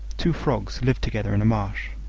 two frogs lived together in a marsh.